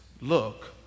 look